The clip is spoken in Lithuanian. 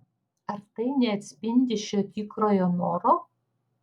ar tai neatspindi šio tikrojo noro